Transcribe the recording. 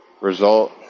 result